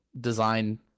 design